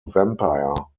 vampire